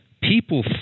people